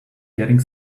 getting